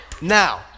Now